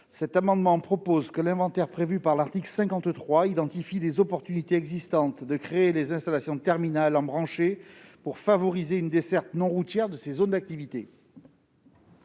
Cet amendement tend à proposer que l'inventaire prévu par l'article 53 identifie les opportunités de créer les installations terminales embranchées à même de favoriser une desserte non routière de ces zones d'activité.